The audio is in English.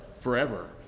forever